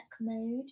mode